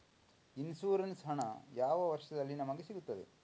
Insurance ಹಣ ಯಾವ ವರ್ಷದಲ್ಲಿ ನಮಗೆ ಸಿಗುತ್ತದೆ?